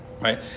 right